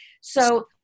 So-